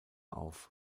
auf